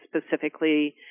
specifically